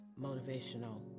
Motivational